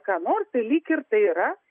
ką nors tai lyg ir tai yra